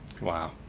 Wow